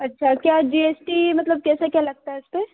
अच्छा क्या G S T मतलब कैसे क्या लगता है इस पर